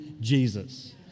Jesus